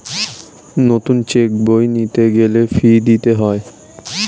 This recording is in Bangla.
নতুন চেক বই নিতে গেলে ফি দিতে হয়